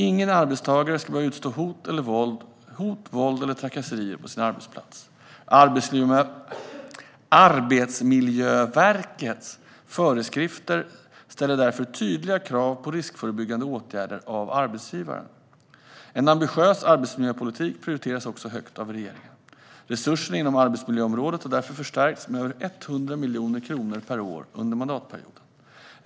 Ingen arbetstagare ska behöva utstå hot, våld eller trakasserier på sin arbetsplats. Arbetsmiljöverkets föreskrifter ställer därför tydliga krav på riskförebyggande åtgärder av arbetsgivarna. En ambitiös arbetsmiljöpolitik prioriteras också högt av regeringen. Resurserna inom arbetsmiljöområdet har därför förstärkts med över 100 miljoner kronor per år under mandatperioden.